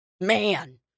Man